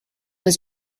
was